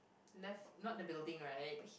left not the building right